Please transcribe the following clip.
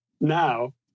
now